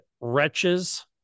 Wretches